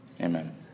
Amen